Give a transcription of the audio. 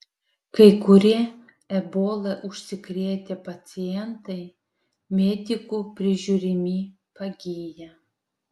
kai kurie ebola užsikrėtę pacientai medikų prižiūrimi pagyja